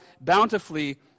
bountifully